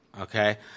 Okay